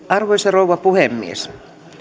arvoisa rouva puhemies